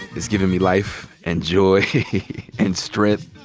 it's given me life and joy and strength.